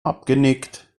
abgenickt